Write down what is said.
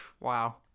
Wow